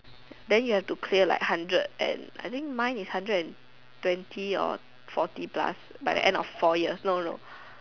then you have to clear like hundred and I think mine is hundred and twenty or forty plus by the end of four years no no